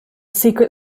secret